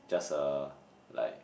just a like